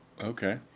Okay